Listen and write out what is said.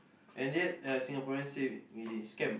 and yet there are Singaporeans say he scam